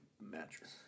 mattress